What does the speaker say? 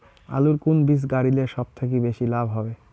আলুর কুন বীজ গারিলে সব থাকি বেশি লাভ হবে?